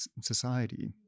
society